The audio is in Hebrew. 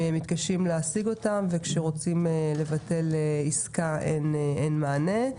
וכשרוצים לבטל עסקה אין מענה.